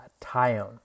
Tyone